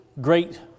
great